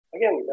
Again